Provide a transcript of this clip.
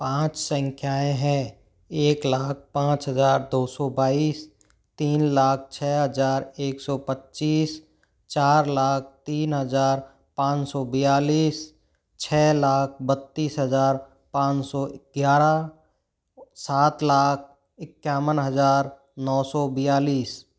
पाँच संख्याएँ है एक लाख पाँच हज़ार दो सौ बाईस तीन लाख छः हज़ार एक सौ पच्चीस चार लाख तीन हज़ार पाँच सौ बयालीस छः लाख बत्तीस हज़ार पाँच सौ ग्यारह सात लाख इक्यावन हज़ार नौ सौ बयालीस